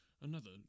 Another